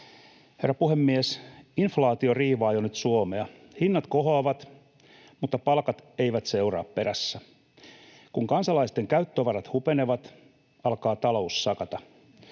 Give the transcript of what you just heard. Herra puhemies! Inflaatio riivaa jo nyt Suomea. Hinnat kohoavat, mutta palkat eivät seuraa perässä. Kun kansalaisten käyttövarat hupenevat, alkaa talous sakata.